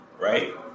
right